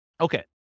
Okay